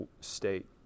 state